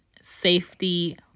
safety